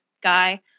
guy